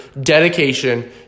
dedication